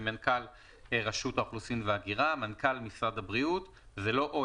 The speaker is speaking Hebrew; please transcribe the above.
זה לא משרד רשות האוכלוסין וההגירה מנכ"ל משרד הבריאות זה לא "או",